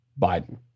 Biden